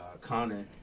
Connor